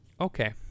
Okay